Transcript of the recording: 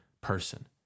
person